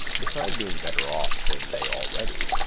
beside being better off than they already,